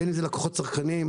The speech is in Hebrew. בין אם לקוחות צרכניים,